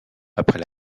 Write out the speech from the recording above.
après